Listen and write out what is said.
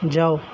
جاؤ